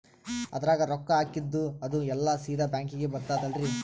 ಅದ್ರಗ ರೊಕ್ಕ ಹಾಕಿದ್ದು ಅದು ಎಲ್ಲಾ ಸೀದಾ ಬ್ಯಾಂಕಿಗಿ ಬರ್ತದಲ್ರಿ?